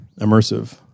immersive